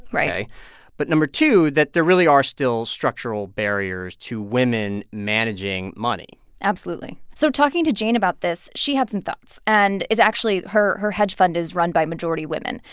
right but no. two that there really are still structural barriers to women managing money absolutely. so talking to jane about this, she had some thoughts. and it's actually, her her hedge fund is run by majority women.